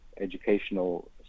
educational